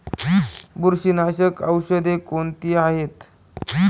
बुरशीनाशक औषधे कोणती आहेत?